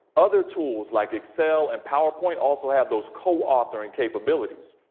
other tools like excel and powerpoint also have those co-authoring capabilities.